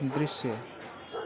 दृश्य